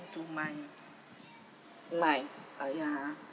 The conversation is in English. to my life oh ya